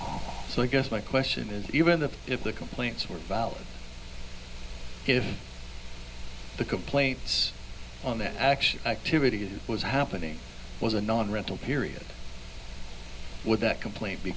aha so i guess my question is even if if the complaints were valid if the complaints on the actual activity that was happening was a non rental period would that complaint be